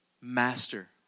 master